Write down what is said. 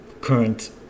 current